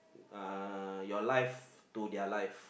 uh your life to their life